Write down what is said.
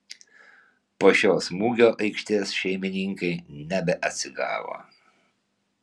po šio smūgio aikštės šeimininkai nebeatsigavo